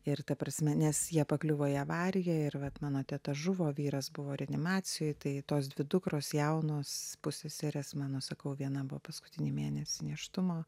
ir ta prasme nes jie pakliuvo į avariją ir vat mano teta žuvo o vyras buvo reanimacijoj tai tos dvi dukros jaunos pusseserės mano sakau viena buvo paskutinį mėnesį nėštumo